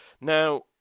Now